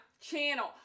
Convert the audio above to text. channel